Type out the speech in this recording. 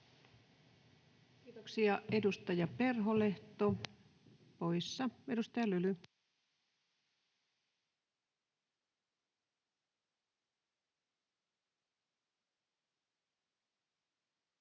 Kiitoksia. — Edustaja Perholehto, poissa. Edustaja Lyly.